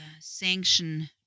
Sanction